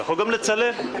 לצלם.